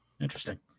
interesting